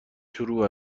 شروع